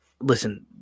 listen